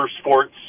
sports